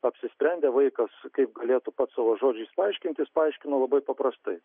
apsisprendė vaikas kaip galėtų pats savo žodžiais paaiškinti jis paaiškino labai paprastai